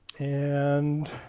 and.